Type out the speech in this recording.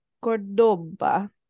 Cordoba